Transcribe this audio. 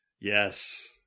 Yes